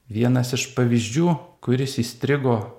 vienas iš pavyzdžių kuris įstrigo